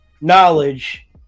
knowledge